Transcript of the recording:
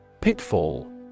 Pitfall